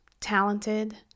talented